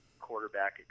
quarterback